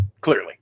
clearly